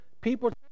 people